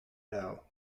know